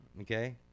okay